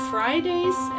Fridays